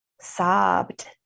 sobbed